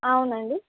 అవునండి